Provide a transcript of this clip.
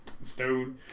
Stone